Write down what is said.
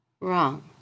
Wrong